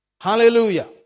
Hallelujah